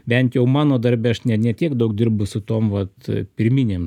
bent jau mano darbe aš ne ne tiek daug dirbu su tom vat pirminėm